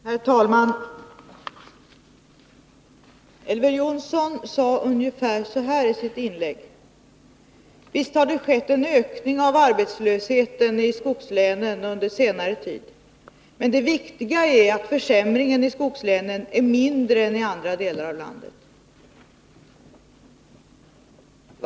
Herr talman! Elver Jonsson sade i sitt inlägg ungefär så här: Visst har det under senare tid skett en ökning av arbetslösheten i skogslänen, men det viktiga är att försämringen i skogslänen är mindre än i andra delar av landet.